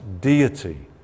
deity